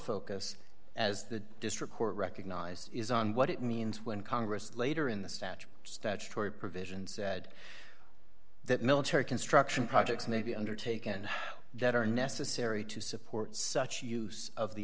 focus as the district court recognized is on what it means when congress later in the statute statutory provisions said that military construction projects may be undertaken that are necessary to support such use of the